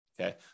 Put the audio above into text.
Okay